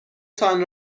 تان